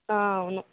అవును